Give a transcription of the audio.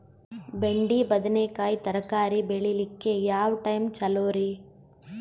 ಬೆಂಡಿ ಬದನೆಕಾಯಿ ತರಕಾರಿ ಬೇಳಿಲಿಕ್ಕೆ ಯಾವ ಟೈಮ್ ಚಲೋರಿ?